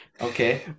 Okay